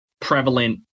prevalent